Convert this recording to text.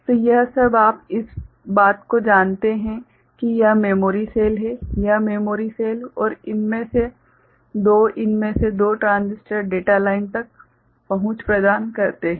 तो यह सब आप इस बात को जानते हैं कि यह मेमोरी सेल है यह मेमोरी सेल और इनमें से दो इनमें से दो ट्रांजिस्टर डेटा लाइन तक पहुंच प्रदान करते हैं